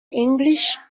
english